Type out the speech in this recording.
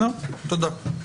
תודה.